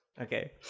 Okay